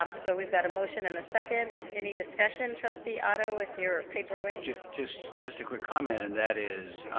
um so we've got a motion in a second any discussion trustee auto with your paperwork just just a quick comment and that is